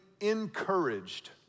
encouraged